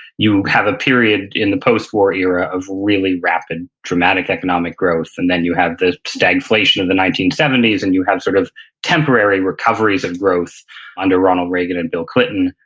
you have a period in the post-war era of really rapid, dramatic economic growth, and then you have the stagflation of and the nineteen seventy s, and you have sort of temporary recoveries of growth under ronald reagan and bill clinton.